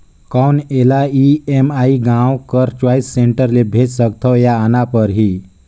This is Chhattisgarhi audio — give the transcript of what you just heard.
कौन एला ब्याज ई.एम.आई गांव कर चॉइस सेंटर ले भेज सकथव या आना परही?